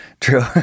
True